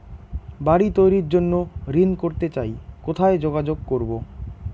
বাড়ি তৈরির জন্য ঋণ করতে চাই কোথায় যোগাযোগ করবো?